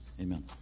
amen